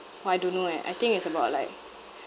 orh I don't know eh I think it's about like